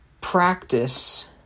practice